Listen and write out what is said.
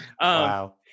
Wow